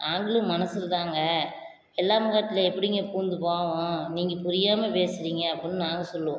நாங்களும் மனுஷன் தாங்க வெள்ளாமை காட்டில் எப்படிங்க புகுந்து போவோம் நீங்கள் புரியாமல் பேசுகிறிங்க அப்பட்ன்னு நாங்கள் சொல்லுவோம்